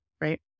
right